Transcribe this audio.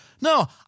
No